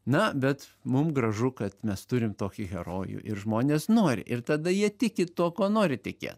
na bet mum gražu kad mes turim tokį herojų ir žmonės nori ir tada jie tiki tuo kuo nori tikėt